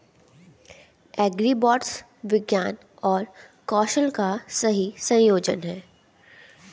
agribots विज्ञान और कौशल का सही संयोजन हैं